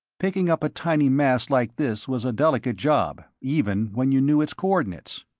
picking up a tiny mass like this was a delicate job, even when you knew its coordinates.